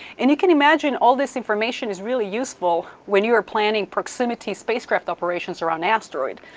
and you can imagine all this information is really useful when you are planning proximity space craft operations around asteroid.